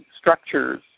structures